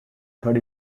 third